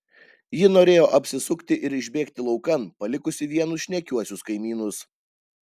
ji norėjo apsisukti ir išbėgti laukan palikusi vienus šnekiuosius kaimynus